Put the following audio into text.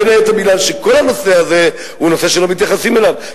בין היתר כי כל הנושא הזה הוא נושא שלא מתייחסים אליו,